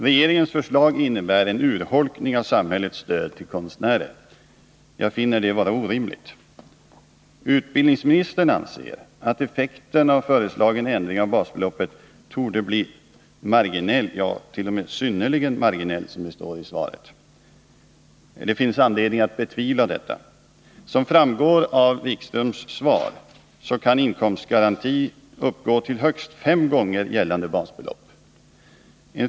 Regeringens förslag innebär en urholkning av samhällets stöd till konstnärer. Jag finner det vara orimligt. Utbildningsministern anser att effekten av den föreslagna ändringen i beräkningen av basbeloppet torde bli ”synnerligen marginell”. Det finns anledning att betvivla detta. Som framgår av Jan-Erik Wikströms svar kan inkomstgarantin uppgå till högst fem gånger gällande basbelopp.